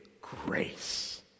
grace